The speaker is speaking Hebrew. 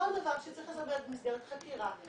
כל דבר שצריך לסווג במסגרת חקירה.